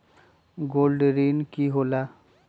Gold ऋण की होला?